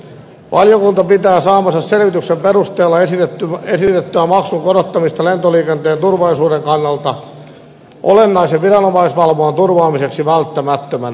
valiokunta pitää saamansa selvityksen perusteella esitettyä maksun korottamista lentoliikenteen turvallisuuden kannalta olennaisen viranomaisvalvonnan turvaamiseksi välttämättömänä